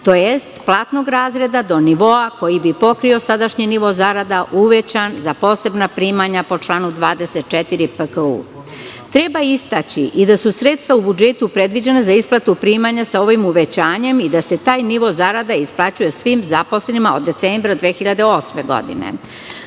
tj. platnog razreda, do nivoa koji bi pokrio sadašnji nivo zarada uvećan za posebna primanja po članu 24. PKU. Treba istaći i da su sredstva u budžetu predviđena za isplatu primanja sa ovim uvećanjem i da se taj nivo zarada isplaćuje svim zaposlenima od decembra 2008. godine. Gotovo